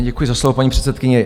Děkuji za slovo, paní předsedkyně.